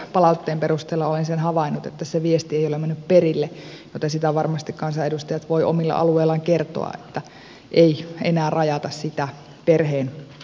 palautteen perusteella olen sen havainnut että se viesti ei ole mennyt perille joten sitä varmasti kansanedustajat voivat omilla alueillaan kertoa että ei enää rajata sitä perheen sisälle